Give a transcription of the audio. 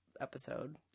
episode